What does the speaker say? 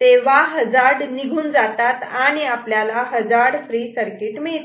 तेव्हा हजार्ड निघून जातात आणि आपल्याला हजार्ड फ्री सर्किट मिळते